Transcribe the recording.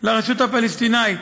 לרשות הפלסטינית